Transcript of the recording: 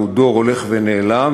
הוא דור הולך ונעלם,